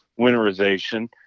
Winterization